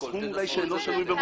תנסחו את זה בהתאם.